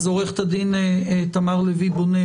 עו"ד תמר לוי בונה,